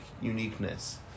uniqueness